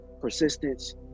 persistence